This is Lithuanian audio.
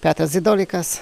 petras dzidolikas